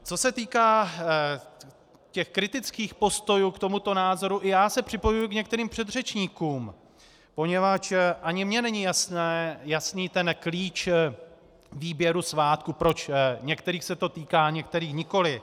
Co se týká kritických postojů k tomuto názoru, i já se připojuji k některým předřečníkům, poněvadž ani mně není jasný klíč výběru svátků, proč některých se to týká a některých nikoliv.